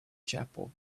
chapel